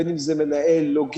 בין אם זה מנהל לוגיסטיקה,